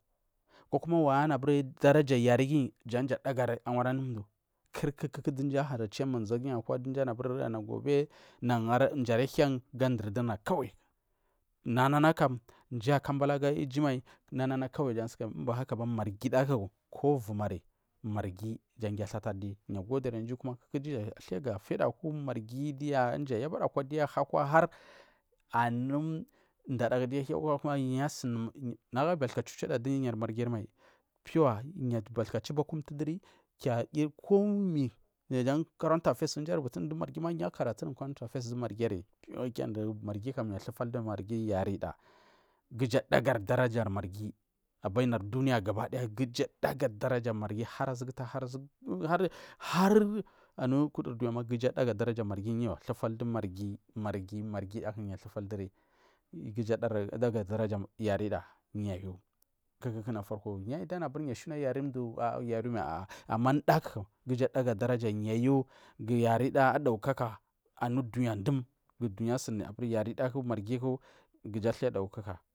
Kokuma wagu anu aburi yari daraja adimai yari gu jan awara saura ku ayukuda yarigu manzuku magu amhi du ijfu ara hia ga jau un kura nanakam mji akabala aga ifu mai umbahaba marghi da ku ku lvumari marghi jan gnu athati adi yi a godiri anu iju diya adida aku marghi ku ɗuja ayabada kwa aga ɦu akwa anu ndaku nagu aiyi bathuda chuchida akwa komai ko current affairs dugu yu akaratuan du marghi ari gadubari yarida ku ifu adagari daraja marghi duniya gabadaya daraja marghi har azugu har anu kudury chuya marghi marghi marghi daku ku uju adagari damja yu kuma da shuna yari mdu mai ama unda ku ifu yu ayu ku ifu ahur daukaka anu duniya dum ku duniya asuni aɓuri yarida ku marghi aga daukaka.